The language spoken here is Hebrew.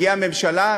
הגיעה ממשלה,